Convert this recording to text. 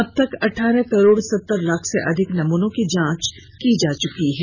अब तक अठारह करोड़ सत्तर लाख से अधिक नमूनों की जांच की जा चुकी है